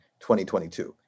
2022